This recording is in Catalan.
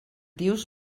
dius